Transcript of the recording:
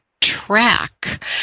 track